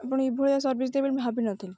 ଆପଣ ଏଭଳିଆ ସର୍ଭିସ୍ ଦେବେ ବୋଲି ମୁଁ ଭାବିନଥିଲେ